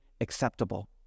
acceptable